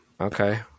okay